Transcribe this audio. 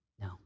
No